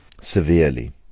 Severely